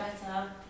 better